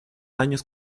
años